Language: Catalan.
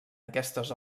aquestes